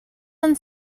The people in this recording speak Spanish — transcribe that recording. han